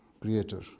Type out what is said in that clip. Creator